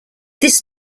this